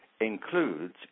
includes